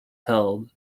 held